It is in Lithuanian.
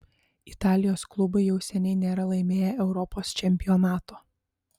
italijos klubai jau seniai nėra laimėję europos čempionato